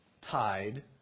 tied